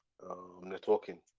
networking